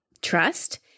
Trust